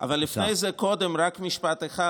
אבל לפני זה רק משפט אחד.